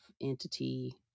entity